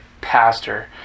pastor